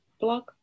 blog